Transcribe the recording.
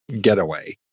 getaway